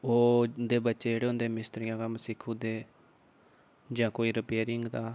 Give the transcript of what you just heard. ओह् उं'दे बच्चे जेह्ड़े होंदे मिस्त्रियां दा कम्म सिक्खी ओड़दे जां कोई रिपेयरिंग दा